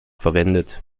verwendet